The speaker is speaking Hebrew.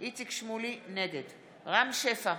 רם שפע,